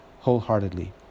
wholeheartedly